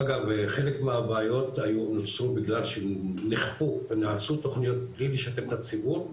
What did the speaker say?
אגב חלק מהבעיות נוצרו בגלל שנכפו ונעשו תוכניות בלי לשתף את הציבור,